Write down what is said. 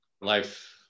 life